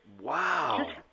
Wow